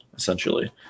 essentially